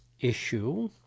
issue